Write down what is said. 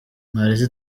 mwaretse